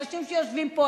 אנשים שיושבים פה,